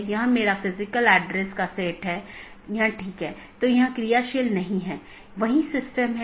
और यदि हम AS प्रकारों को देखते हैं तो BGP मुख्य रूप से ऑटॉनमस सिस्टमों के 3 प्रकारों को परिभाषित करता है